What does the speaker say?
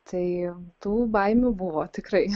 tai tų baimių buvo tikrai